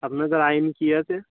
আপনাদের আইন কী আছে